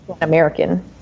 american